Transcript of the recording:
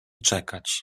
czekać